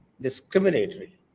discriminatory